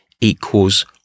equals